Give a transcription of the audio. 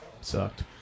Sucked